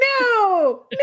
No